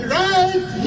right